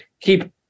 keep